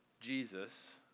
Jesus